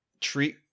Treat